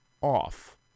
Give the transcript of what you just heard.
off